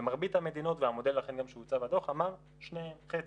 המודל גם שהוצא בדוח אמר שניהם, חצי-חצי,